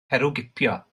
herwgipio